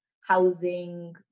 housing